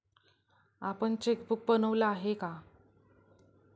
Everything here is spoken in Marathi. आपण चेकबुक बनवलं आहे का?